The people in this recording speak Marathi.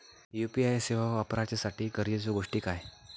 यू.पी.आय सेवा वापराच्यासाठी गरजेचे गोष्टी काय?